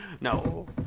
No